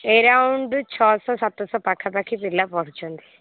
around ଛଅଶଅ ସାତଶହ ପାଖାପାଖି ପିଲା ପଢୁଛନ୍ତି